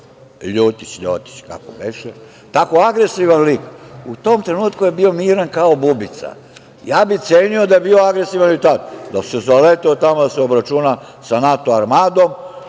ljutić, ljotić, kako beše, tako agresivan lik u tom trenutku je bio miran kao bubica. Cenio bih da je bio agresivan i tada, da se zaleteo tamo da se obračuna sa NATO armadom,